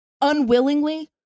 unwillingly